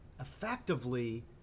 effectively